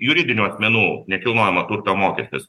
juridinių asmenų nekilnojamo turto mokestis